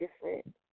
different